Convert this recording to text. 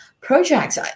projects